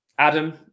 Adam